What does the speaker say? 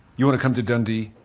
you want to come to dundee.